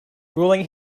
ruling